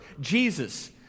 Jesus